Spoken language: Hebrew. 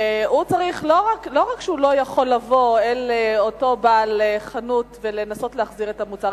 ולא רק שהוא לא יכול לבוא אל אותו בעל חנות ולנסות להחזיר את המוצר,